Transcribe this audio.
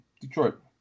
Detroit